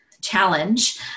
challenge